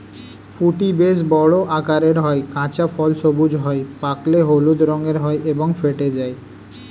ফুটি বেশ বড় আকারের হয়, কাঁচা ফল সবুজ হয়, পাকলে হলুদ রঙের হয় এবং ফেটে যায়